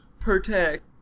protect